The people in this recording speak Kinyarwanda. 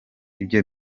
ibyo